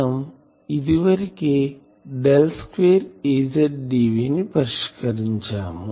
మనం ఇదివరకే del square Az dv ని పరిష్కరించాము